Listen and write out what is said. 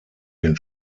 den